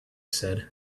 said